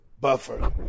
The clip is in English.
Buffer